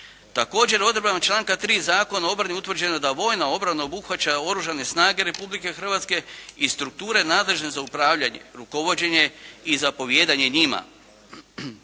Također odredbama članka 3. Zakona o obrani utvrđeno je da je vojna obrana obuhvaća Oružane snage Republike Hrvatske i strukture nadležne za upravljanje, rukovođenje i zapovijedanje njima.